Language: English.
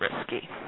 risky